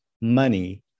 money